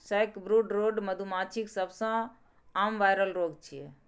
sacbrood रोग मधुमाछीक सबसं आम वायरल रोग छियै